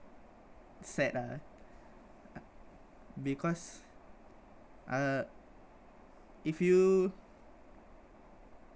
sad ah because uh if you